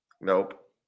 Nope